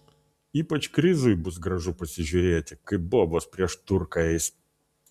ypač krizui bus gražu pasižiūrėti kaip bobos prieš turką eis